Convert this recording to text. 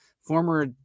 former